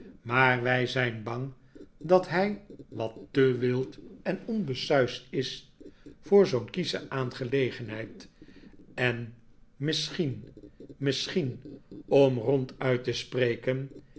maar wij zijn bang dat hij wat te wild en onbesuisd is voor zoo'n kiesche aangelegenheid en misschien misschien om ronduit te spreken